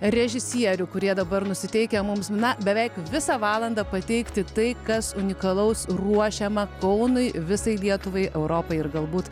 režisierių kurie dabar nusiteikę mums na beveik visą valandą pateikti tai kas unikalaus ruošiama kaunui visai lietuvai europai ir galbūt